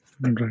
Right